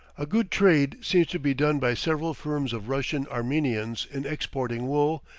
a good trade seems to be done by several firms of russian-armenians in exporting wool,